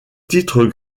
titre